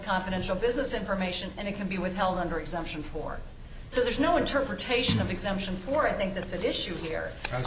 confidential business information and it can be withheld under exemption for so there's no interpretation of exemption for i think that's at issue here